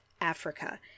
Africa